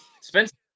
spencer